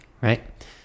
right